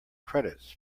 credits